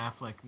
Affleck